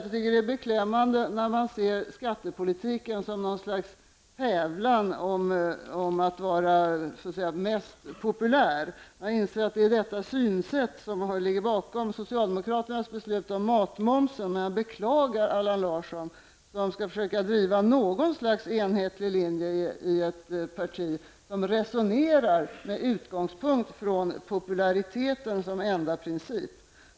Det är beklämmande om man ser skattepolitiken som någon slags tävlan om att vara mest populär. Jag inser att det är detta synsätt som ligger bakom socialdemokraternas beslut om matmomsen. Men jag beklagar Allan Larsson, som skall försöka driva någon slags enhetlig linje i ett parti som resonerar med utgångspunkt från populariteten som enda princip.